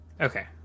Okay